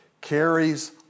carries